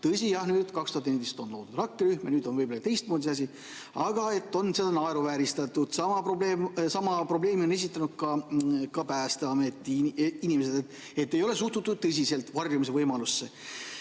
Tõsi jah, 2014 loodi rakkerühm ja nüüd on võib-olla teistmoodi see asi, aga seda on naeruvääristatud. Sama probleemi on esitanud ka Päästeameti inimesed, et ei ole suhtutud tõsiselt varjumise võimalusse.